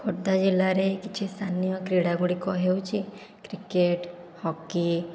ଖୋର୍ଦ୍ଧା ଜିଲ୍ଲାରେ କିଛି ସ୍ଥାନୀୟ କ୍ରୀଡ଼ା ଗୁଡ଼ିକ ହେଉଛି କ୍ରିକେଟ ହକି